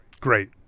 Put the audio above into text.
Great